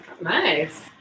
nice